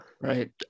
Right